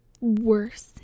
worse